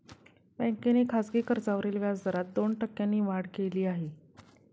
बँकेने खासगी कर्जावरील व्याजदरात दोन टक्क्यांनी वाढ केली आहे